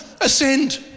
ascend